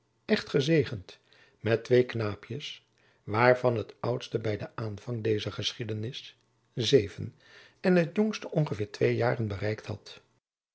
echt gezegend met twee knaapjens waarvan het oudste bij den aanvang dezer geschiedenis zeven en het jongste ongeveer twee jaren bereikt had